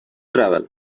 travel